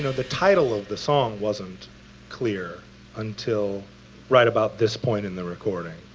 you know the title of the song wasn't clear until right about this point in the recording,